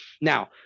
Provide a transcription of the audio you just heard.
Now